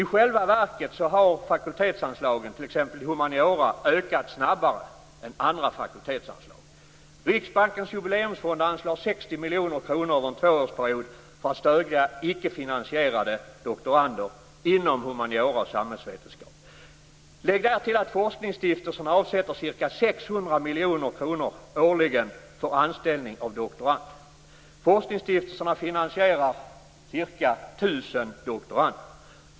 I själva verket har fakultetsanslagen till t.ex. humaniora ökat snabbare än andra fakultetsanslag. Riksbankens Jubileumsfond anslår 60 miljoner kronor över en tvåårsperiod för att stödja ickefinansierade doktorander inom humaniora och samhällsvetenskap. Lägg därtill att forskningsstiftelserna avsätter ca 600 miljoner kronor årligen för anställning av doktorander. Forskningsstiftelserna finansierar ca 1 000 doktorander.